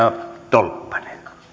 tolppanen